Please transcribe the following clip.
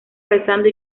rezando